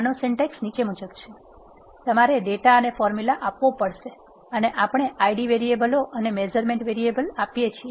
આનો સિન્ટેક્સ નીચે મુજબ છે તમારે ડેટા અને ફોર્મ્યુલા આપવો પડશે અને આપણે id વેરીએબલો અને મેઝરમેન્ટ વેરીએબલ measurement variable આપીએ છીએ